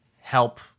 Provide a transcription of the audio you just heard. help